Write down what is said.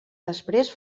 després